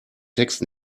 text